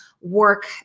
work